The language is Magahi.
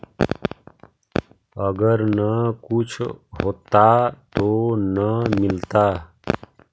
अगर न कुछ होता तो न मिलता?